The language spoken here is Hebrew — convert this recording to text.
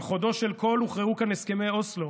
על חודו של קול הוכרעו כאן הסכמי אוסלו,